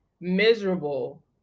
miserable